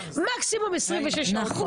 מקסימום 26 שעות.